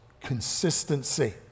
consistency